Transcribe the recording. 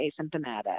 asymptomatic